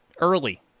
early